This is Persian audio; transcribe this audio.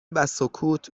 وسکوت